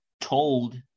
told